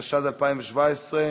אין נמנעים.